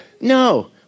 No